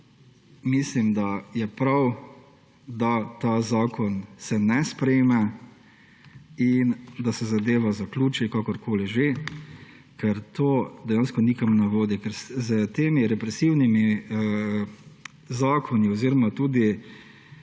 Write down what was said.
mislim, da je prav, da se tega zakona ne sprejme in da se zadeva zaključi kakorkoli že, ker to dejansko nekam ne vodi. Ker s temi represivnimi zakoni oziroma tudi